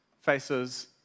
faces